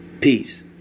Peace